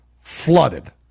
flooded